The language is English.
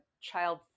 child